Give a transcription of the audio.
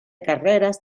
carreras